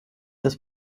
des